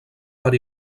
per